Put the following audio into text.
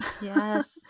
Yes